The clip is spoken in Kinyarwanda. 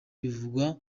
bivugwa